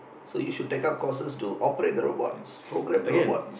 so you should take up courses to operate the robots program the robots